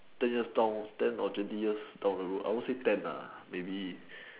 ten years down ten or twenty years down the road I won't say ten maybe